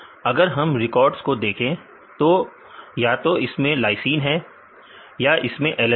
अगर हम रिकॉर्ड्स को देखें तो या तो इसमें लाइसीन है या इसमें एलेलीन